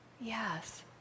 Yes